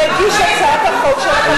מגיש הצעת החוק של החטיבה